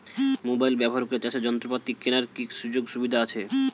Mobile ব্যবহার করে চাষের যন্ত্রপাতি কেনার কি সুযোগ সুবিধা আছে?